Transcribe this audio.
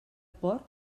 porc